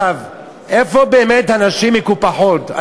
איפה באמת הנשים מקופחות?